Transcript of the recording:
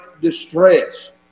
distress